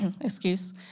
excuse